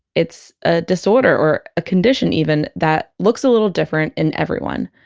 it's a disorder or a condition even that looks a little different in everyone.